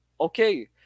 okay